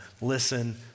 Listen